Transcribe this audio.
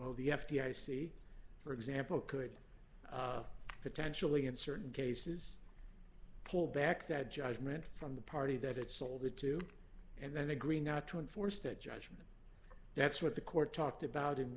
oh the f d i c for example could potentially in certain cases pull back that judgment from the party that it sold it to and then agree not to enforce that judgment that's what the court talked about